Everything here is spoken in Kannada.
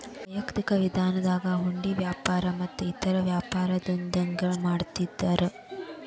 ವೈಯಕ್ತಿಕ ವಿಧಾನದಾಗ ಹುಂಡಿ ವ್ಯವಹಾರ ಮತ್ತ ಇತರೇ ವ್ಯಾಪಾರದಂಧೆಗಳನ್ನ ಮಾಡ್ತಿದ್ದರು